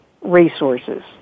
resources